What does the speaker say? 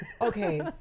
Okay